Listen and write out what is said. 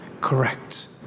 correct